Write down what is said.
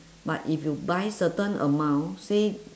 but if you buy certain amount say